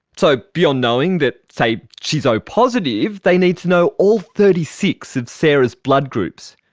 so beyond knowing that, say, she's o positive, they need to know all thirty six of sarah's blood groups.